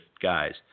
guys